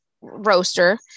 roaster